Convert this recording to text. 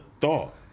thought